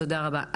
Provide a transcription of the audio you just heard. תודה רבה.